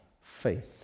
faith